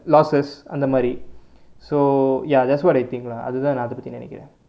losses அந்த மாதிரி:antha maathiri so ya that's what I think lah அதுதான் நா அதை பத்தி நினைக்குறேன்:athuthaan naa athai pathi ninaikkuraen